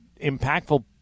impactful